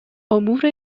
امور